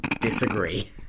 Disagree